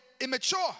immature